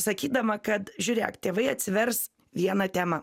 sakydama kad žiūrėk tėvai atsisvers vieną temą